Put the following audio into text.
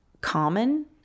common